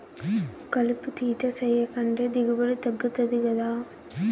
కలుపు తీత సేయకంటే దిగుబడి తగ్గుతది గదా